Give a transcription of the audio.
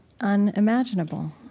unimaginable